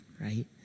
right